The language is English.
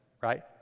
Right